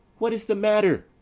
what is the matter?